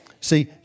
See